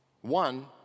One